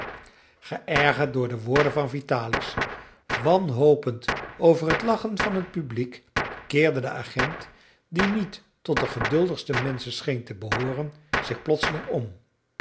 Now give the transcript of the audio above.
geërgerd door de woorden van vitalis wanhopend over het lachen van het publiek keerde de agent die niet tot de geduldigste menschen scheen te behooren zich plotseling om